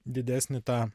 didesnį tą